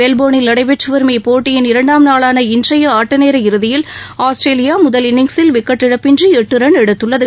மெல்போ்னில் நடைபெற்று வரும் இப்போட்டியின் இரண்டாம் நாளான இன்றைய ஆட்டநேர இறுதியில் ஆஸ்திரேலியா முதல் இன்னிங்ஸில் விக்கெட் இழபின்றி எட்டு ரன் எடுத்துள்ளது